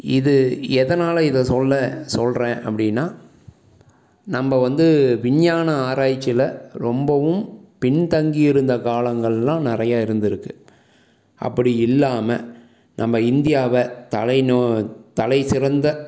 இது எதனால் இதை சொல்ல சொல்கிறேன் அப்படின்னா நம்ப வந்து விஞ்ஞான ஆராய்ச்சியில் ரொம்பவும் பின் தங்கி இருந்த காலங்களெலாம் நிறைய இருந்துருக்குது அப்படி இல்லாமல் நம்ப இந்தியாவை தலை நோ தலைசிறந்த